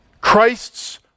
Christ's